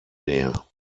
näher